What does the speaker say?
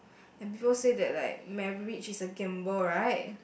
and people say that like marriage is a gamble right